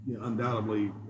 undoubtedly